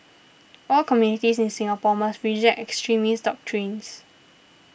all communities in Singapore must reject extremist doctrines